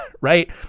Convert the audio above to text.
right